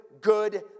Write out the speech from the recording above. good